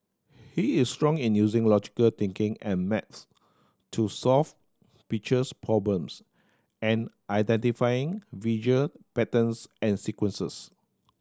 he is strong in using logical thinking and maths to solve pictures problems and identifying visual patterns and sequences